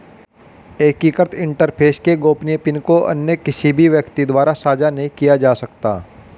एकीकृत इंटरफ़ेस के गोपनीय पिन को अन्य किसी भी व्यक्ति द्वारा साझा नहीं किया जा सकता